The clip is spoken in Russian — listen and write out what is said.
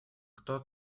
кто